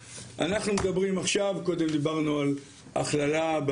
ל-4.5 מטר אנחנו נסיים את בינוי עופר ונפחא,